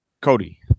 Cody